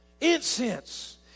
Incense